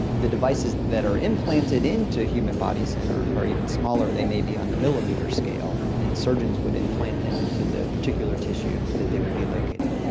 the devices that are implanted into human bodies and are are even smaller, they may be on the millimetre scale, and surgeons would implant them into the particular tissue that they would be located in.